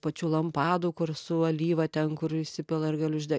pačių lampadų kur su alyva ten kur įsipila ir gali uždeg